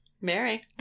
Mary